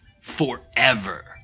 forever